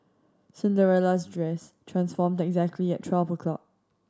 Cinderella's dress transformed exactly at twelve o'clock